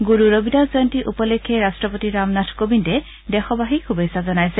গুৰু ৰবিদাস জয়ন্তী উপলক্ষে ৰাট্টপতি ৰামনাথ কোবিন্দে দেশবাসীক শুভেচ্ছা জনাইছে